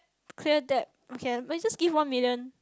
clear debt okay can but you just give one million